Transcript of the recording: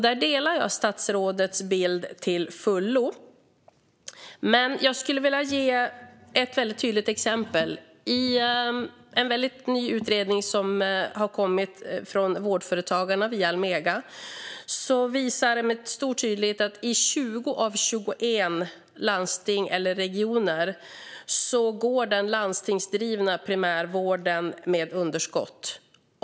Där delar jag statsrådets bild till fullo, men jag skulle vilja ge ett tydligt exempel: I en ny utredning som har kommit från Vårdföretagarna via Almega visas med stor tydlighet att i 20 av 21 landsting eller regioner går den landstingsdrivna primärvården med underskott.